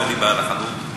אומר לי בעל החנות,